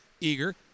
Eager